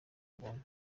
ubuntu